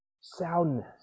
soundness